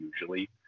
usually